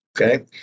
Okay